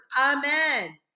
amen